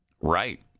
right